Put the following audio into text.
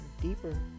deeper